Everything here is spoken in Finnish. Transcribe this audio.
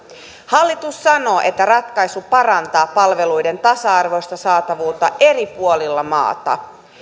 hallitus sanoo että ratkaisu parantaa palveluiden tasa arvoista saatavuutta eri puolilla maata